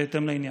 בהתאם לעניין.